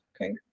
okay